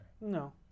No